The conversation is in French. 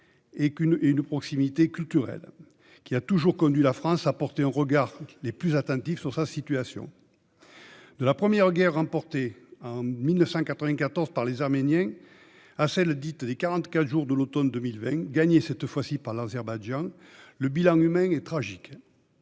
et d'une proximité culturelle qui ont toujours conduit la France à porter un regard des plus attentifs à la situation de ce pays. De la première guerre remportée en 1994 par les Arméniens à celle dite « des 44 jours », de l'automne 2020, gagnée cette fois-ci par l'Azerbaïdjan, le bilan humain est tragique.